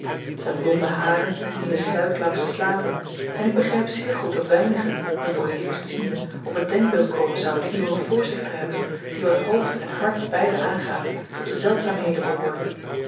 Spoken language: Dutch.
zyn blonde haren hingen sluik langs de slapen en ik begryp zeer goed dat weinigen hem voor t eerst ziende op het denkbeeld komen zouden iemand voor zich te hebben die wat hoofd en hart beide aangaat tot de zeldzaamheden behoorde